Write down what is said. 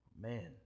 Man